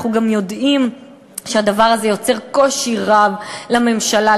אנחנו גם יודעים שהדבר הזה יוצר קושי רב לממשלה,